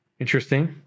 Interesting